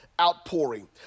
Outpouring